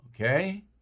Okay